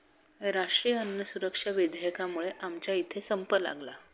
राष्ट्रीय अन्न सुरक्षा विधेयकामुळे आमच्या इथे संप लागला